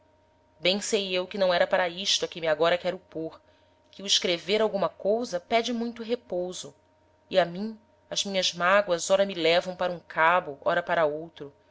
bem sei eu que não era para isto a que me agora quero pôr que o escrever alguma cousa pede muito repouso e a mim as minhas mágoas ora me levam para um cabo ora para outro